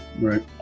right